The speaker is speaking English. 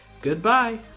Goodbye